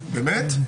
באמת?